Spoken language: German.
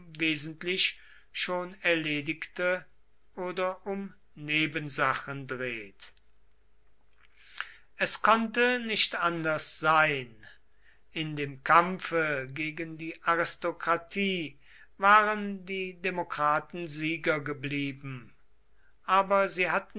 wesentlich schon erledigte oder um nebensachen dreht es konnte nicht anders sein in dem kampfe gegen die aristokratie waren die demokraten sieger geblieben aber sie hatten